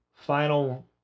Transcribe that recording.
Final